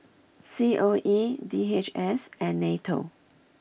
C O E D H S and Nato